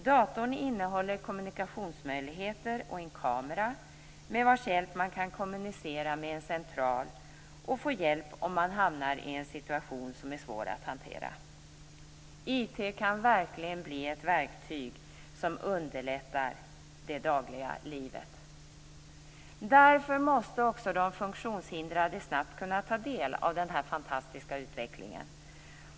Datorn innehåller kommunikationsmöjligheter och en kamera med vars hjälp man kan kommunicera med en central och få hjälp om man hamnar i en situation som är svår att hantera. IT kan verkligen bli ett verktyg som underlättar det dagliga livet. Därför måste också de funktionshindrade snabbt kunna ta del av denna fantastiska utveckling.